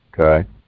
Okay